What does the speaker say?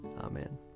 Amen